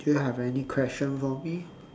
do you have any question for me